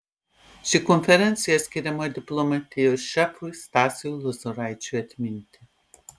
ši konferencija skiriama diplomatijos šefui stasiui lozoraičiui atminti